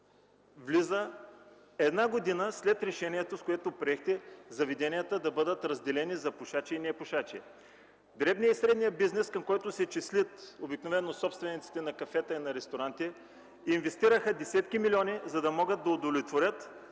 влиза една година след решението, с което приехте заведенията да бъдат разделени за пушачи и непушачи. Дребният и средният бизнес, към които се числят обикновено собствениците на кафета и ресторанти, инвестира десетки милиони левове, за да може да се удовлетвори